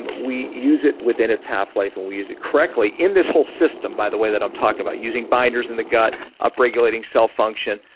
we use it within its half-life and we use it correctly, in this whole system by the way that i'm talking about using binders in the gut, upregulating cell function.